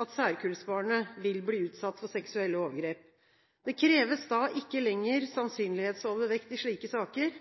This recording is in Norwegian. at særkullsbarnet vil bli utsatt for seksuelle overgrep. Det kreves da ikke lenger sannsynlighetsovervekt i slike saker,